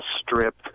Strip